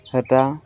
ହେଟା